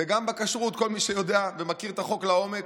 גם בכשרות, כל מי שיודע ומכיר את החוק לעומק,